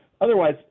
Otherwise